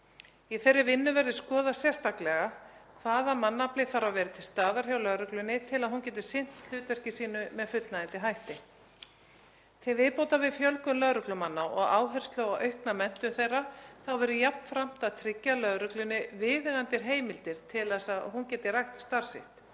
Í þeirri vinnu verður skoðað sérstaklega hvaða mannafli þarf að vera til staðar hjá lögreglunni til að hún geti sinnt hlutverki sínu með fullnægjandi hætti. Til viðbótar við fjölgun lögreglumanna og áherslu á aukna menntun þeirra verður jafnframt að tryggja lögreglunni viðeigandi heimildir til að hún geti rækt starf sitt.